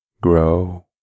grow